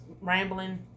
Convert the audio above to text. rambling